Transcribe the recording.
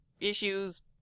issues